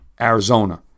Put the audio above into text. Arizona